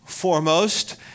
Foremost